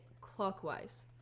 clockwise